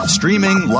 Streaming